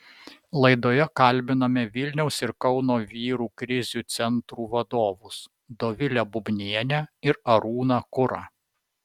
laidoje kalbiname vilniaus ir kauno vyrų krizių centrų vadovus dovilę bubnienę ir arūną kurą